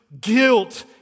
guilt